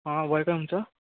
हां वय काय तुमचं